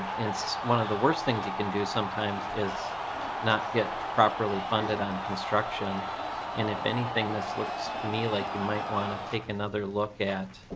and so one of the worst things you can do sometimes is not get properly funded on construction and if anything it looks to me like you might want to take another look at